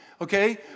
Okay